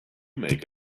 make